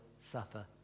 suffer